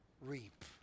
reap